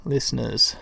Listeners